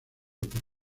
por